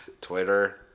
twitter